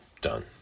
done